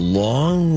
long